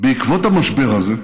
בעקבות המשבר הזה,